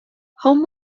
home